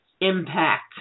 impact